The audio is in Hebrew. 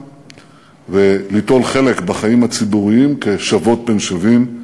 וליטול חלק בחיים הציבוריים כשוות בין שווים,